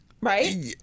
Right